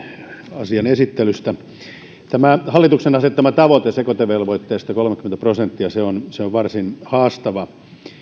asian esittelystä hallituksen asettama tavoite sekoitevelvoitteesta kolmekymmentä prosenttia on varsin haastava